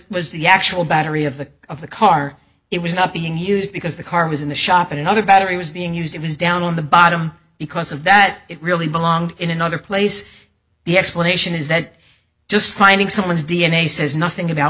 was the actual battery of the of the car it was not being used because the car was in the shop and another battery was being used it was down on the bottom because of that it really belonged in another place the explanation is that just finding someone's d n a says nothing about